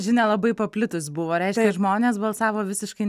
žinia labai paplitus buvo reiškia žmonės balsavo visiškai